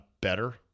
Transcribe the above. better